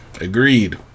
Agreed